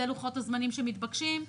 זה הלוחות זמנים שמתבקשים,